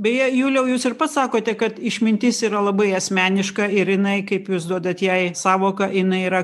beje juliau jūs ir pats sakote kad išmintis yra labai asmeniška ir jinai kaip jūs duodat jai sąvoka jinai yra